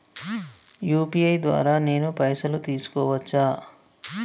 UPI ద్వారా నేను పైసలు తీసుకోవచ్చా?